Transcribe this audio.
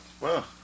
Wow